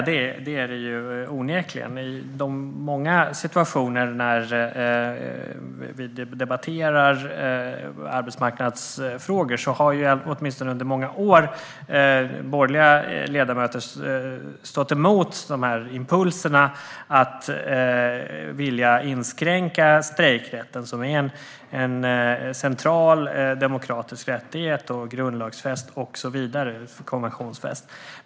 I de många situationer då vi debatterar arbetsmarknadsfrågor har under många år borgerliga ledamöter stått emot impulserna att vilja inskränka strejkrätten, en central demokratisk rättighet som är grundlagsfäst, konventionsfäst och så vidare.